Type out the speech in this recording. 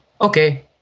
okay